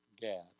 Gad